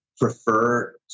prefer